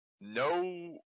no